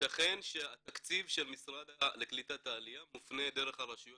ייתכן שהתקציב של משרד העלייה והקליטה מופנה דרך הרשויות